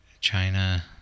China